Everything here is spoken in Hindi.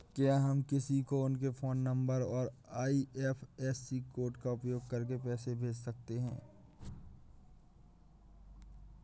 क्या हम किसी को उनके फोन नंबर और आई.एफ.एस.सी कोड का उपयोग करके पैसे कैसे भेज सकते हैं?